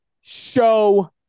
show